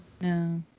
No